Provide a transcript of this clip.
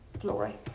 glory